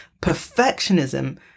perfectionism